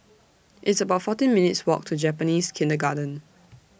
It's about fourteen minutes' Walk to Japanese Kindergarten